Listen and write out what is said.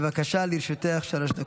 בבקשה, לרשותך שלוש דקות.